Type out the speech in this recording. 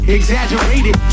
exaggerated